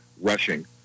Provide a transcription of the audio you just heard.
rushing